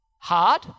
Hard